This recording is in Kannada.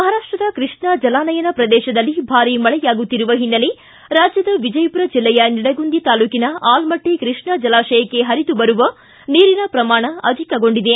ಮಹಾರಾಷ್ಟದ ಕೃಷ್ಣಾ ಜಲಾನಯನ ಪ್ರದೇಶದಲ್ಲಿ ಭಾರಿ ಮಳೆಯಾಗುತ್ತಿರುವ ಓನ್ನೆಲೆ ರಾಜ್ಯದ ವಿಜಯಪುರ ಜಿಲ್ಲೆಯ ನಿಡಗುಂದಿ ತಾಲೂಕಿನ ಆಲಮಟ್ಟಿ ಕೃಷ್ಣಾ ಜಲಾಶಯಕ್ಕೆ ಪರಿದು ಬರುವ ನೀರಿನ ಪ್ರಮಾಣ ಅಧಿಕಗೊಂಡಿದೆ